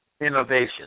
innovation